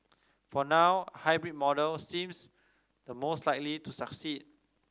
for now hybrid model seems the most likely to succeed